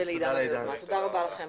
תודה רבה לכם.